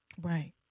Right